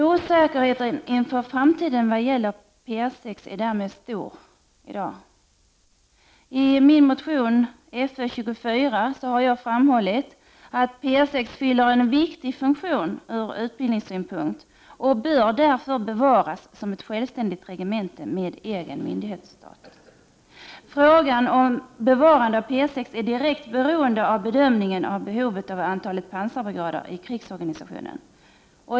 Osäkerheten inför framtiden vad gäller P 6 är därmed stor i dag. I min motion Fö24 har jag framhållit att P 6 fyller en viktig funktion ur utbildningssynpunkt och därför bör bevaras som ett självständigt regemente med egen myndighetsstatus. Frågan om bevarande av P 6 är direkt beroende av bedömningen av vilket antal pansarbrigader som behövs i krigsorganisationen.